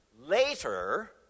later